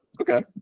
Okay